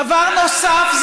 דבר נוסף,